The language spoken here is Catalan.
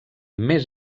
més